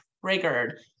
triggered